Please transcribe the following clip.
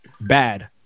bad